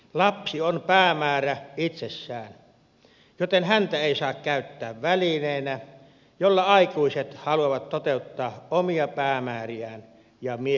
lapsi on päämäärä itsessään joten häntä ei saa käyttää välineenä jolla aikuiset haluavat toteuttaa omia päämääriään ja mielihalujaan